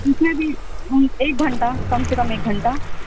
اُس میں بھی ایک گھنٹہ کم سے کم ایک گھنٹہ